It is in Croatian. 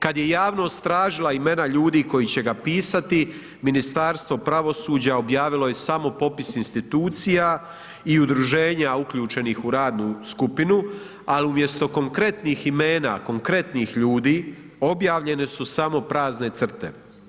Kad je javnost tražila imena ljudi koji će ga pisati Ministarstvo pravosuđa objavilo je samo popis institucija i udruženja uključenih u radnu skupinu, a umjesto konkretnih imena, konkretnih ljudi objavljene su samo prazne crte.